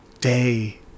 day